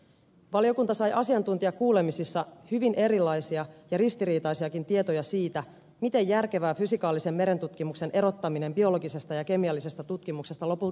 valiokunta sai asiantuntijakuulemisissa hyvin erilaisia ja ristiriitaisiakin tietoja siitä miten järkevää fysikaalisen merentutkimuksen erottaminen biologisesta ja kemiallisesta tutkimuksesta lopulta on